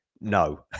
No